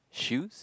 shoes